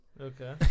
Okay